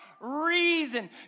reason